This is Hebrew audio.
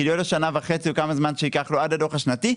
כאילו שנה וחצי או כמה זמן שייקח לו עד הדוח השנתי,